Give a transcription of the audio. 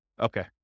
Okay